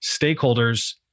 stakeholders